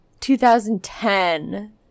2010